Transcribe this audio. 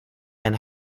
and